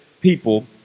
people